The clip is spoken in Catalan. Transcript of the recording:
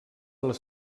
les